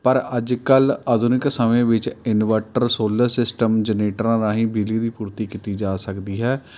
ਪਰ ਅੱਜ ਕੱਲ੍ਹ ਆਧੁਨਿਕ ਸਮੇਂ ਵਿੱਚ ਇੰਨਵੇਟਰ ਸੋਲਰ ਸਿਸਟਮ ਜਨਰੇਟਰਾਂ ਰਾਹੀਂ ਬਿਜਲੀ ਦੀ ਪੂਰਤੀ ਕੀਤੀ ਜਾ ਸਕਦੀ ਹੈ